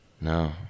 No